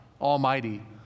Almighty